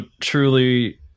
truly